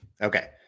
Okay